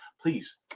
please